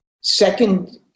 Second